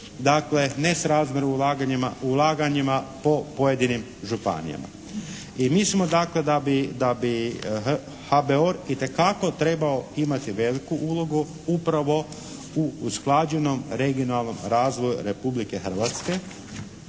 u ulaganjima, ulaganjima po pojedinim županijama. I mislimo dakle da bi HBOR itekako trebao imati veliku ulogu upravo u usklađenom regionalnom razvoju Republike Hrvatske